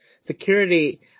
Security